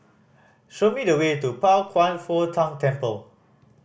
show me the way to Pao Kwan Foh Tang Temple